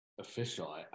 official